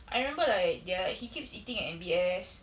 I remember like the o~ he keeps eating at M_B_S